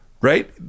right